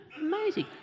Amazing